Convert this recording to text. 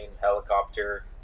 helicopter